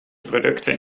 producten